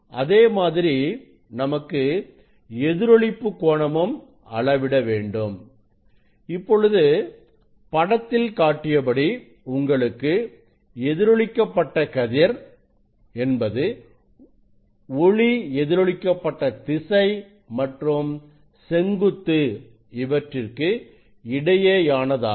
அதே மாதிரி நமக்கு எதிரொளிப்பு கோணமும் அளவிட வேண்டும் இப்பொழுது படத்தில் காட்டியபடி உங்களுக்கு எதிரொளிக்கபட்ட கதிர் என்பது ஒளி எதிரொளிக்க பட்ட திசை மற்றும் செங்குத்து இவற்றிற்கு இடையேயானதாகும்